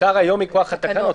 היום מכוח התקנות.